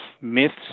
myths